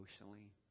emotionally